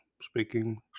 speaking